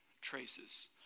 traces